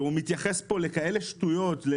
והוא מתייחס פה לכזה שטויות,